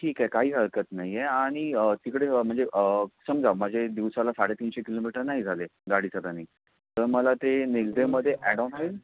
ठीक आहे काही हरकत नाही आहे आणि तिकडे म्हणजे समजा माझे दिवसाला साडे तीनशे किलोमीटर नाही झाले गाडीचं टायमिंग तर मला ते नेक्स्ट डेमध्ये अॅडॉन होईल